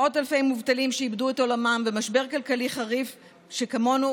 מאות אלפי מובטלים איבדו את עולמם ומשבר כלכלי הולך ומחריף שכמותו